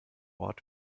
ort